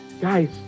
Guys